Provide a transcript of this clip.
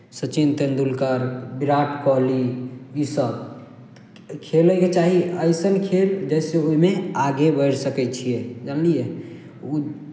सचिन तेंदुलकर विराट कोहली इसभ खेलयके चाही अइसन खेल जाहिसँ ओहिमे आगे बढ़ि सकै छियै जानलियै